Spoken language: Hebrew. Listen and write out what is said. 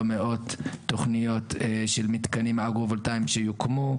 מאות תוכניות של מקנים אגרו-וולטאים שיוקמו,